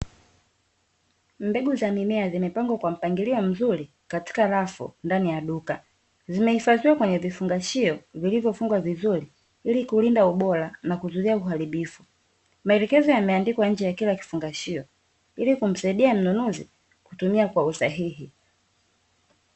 Mbegu za mimea zimepangwa kwa mpangilio mzuri katika rafu ndani ya duka. Zimehifadhiwa kwenye vifungashio vilivyofungwa vizuri, ili kulinda ubora na kuzuia uharibifu. Maelekezo yameandikwa kwenye kila kifungashio ili kumsaidia mnunuzi kutumia kwa usahihi.